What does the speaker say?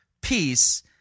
peace